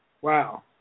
wow